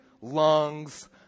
lungs